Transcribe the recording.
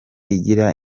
igira